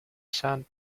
sand